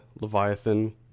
Leviathan